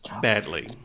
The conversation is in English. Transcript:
badly